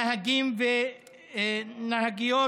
נהגים ונהגות